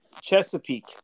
Chesapeake